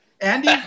Andy